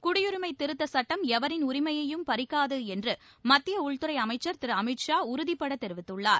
குடியுரிமை திருத்த சுட்டம் எவரின் உரிமையையும் பறிக்காது என்று மத்திய உள்துறை அமைச்சர் திரு அமித் ஷா உறுதிபடத் தெரிவித்துள்ளார்